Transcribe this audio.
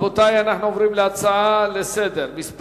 רבותי, אנחנו עוברים להצעה לסדר-היום מס'